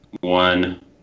one